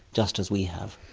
just as we have.